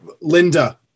Linda